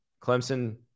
Clemson